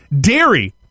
Dairy